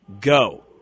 Go